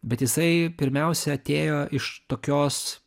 bet jisai pirmiausia atėjo iš tokios